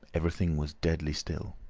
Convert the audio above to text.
everything was deadly still.